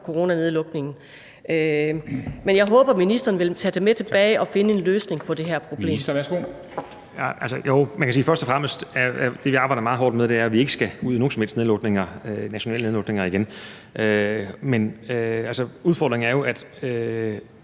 coronanedlukninger. Men jeg håber, at ministeren vil tage det med videre og finde en løsning på det her problem.